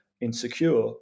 insecure